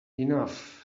enough